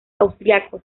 austriacos